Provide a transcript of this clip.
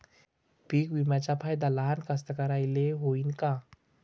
पीक विम्याचा फायदा लहान कास्तकाराइले होईन का?